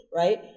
right